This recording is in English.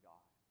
God